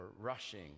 rushing